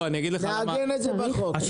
נעגן את זה בחוק.